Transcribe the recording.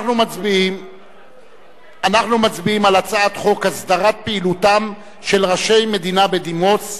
אנחנו מצביעים על הצעת חוק הסדרת פעילותם של ראשי מדינה בדימוס,